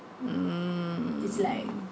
mm